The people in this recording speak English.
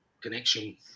connection